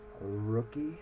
rookie